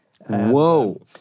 Whoa